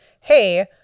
hey